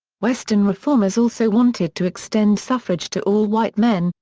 western reformers also wanted to extend suffrage to all white men,